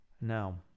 Now